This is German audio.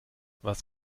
was